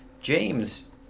James